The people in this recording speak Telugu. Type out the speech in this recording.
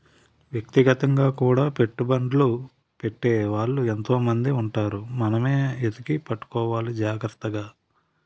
వ్యక్తిగతంగా కూడా పెట్టుబడ్లు పెట్టే వాళ్ళు ఎంతో మంది ఉంటారు మనమే ఎతికి పట్టుకోవాలి జాగ్రత్తగా